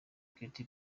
katy